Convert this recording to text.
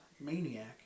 Maniac